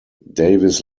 davis